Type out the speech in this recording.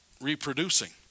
reproducing